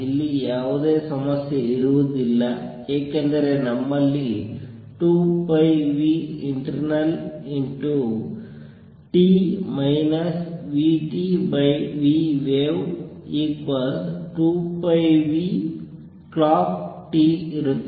ಇಲ್ಲಿ ಯಾವುದೇ ಸಮಸ್ಯೆ ಇರುವುದಿಲ್ಲ ಏಕೆಂದರೆ ನಮ್ಮಲ್ಲಿ 2πinternalt vtvwave2πclockt ಇರುತ್ತದೆ